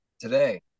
today